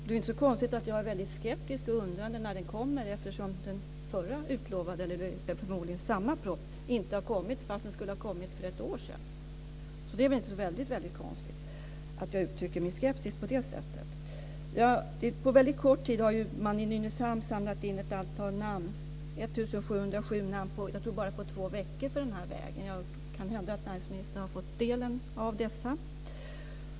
Det är ju inte så konstigt att jag är väldigt skeptisk och undrar när den kommer, eftersom den förra som utlovades, vilket förmodligen är samma proposition, inte har kommit, trots att den skulle ha kommit för ett år sedan. Det är väl därför inte så väldigt konstigt att jag uttrycker min skepsis på det sättet. På väldigt kort tid har man ju i Nynäshamn samlat in ett antal namn - 1 707 namn under bara två veckor tror jag - för denna väg. Det kan hända att näringsministern har fått del av dessa.